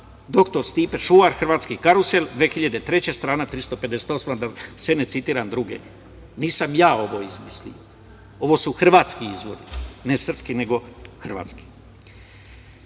doktor Stipe Šuvar, Hrvatski karusel, 2003. godine, strana 358, da sad ne citiram druge. Nisam ja ovo izmislio ovo su hrvatski izvor, ne srpski nego hrvatski. Kad